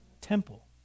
Temple